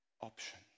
option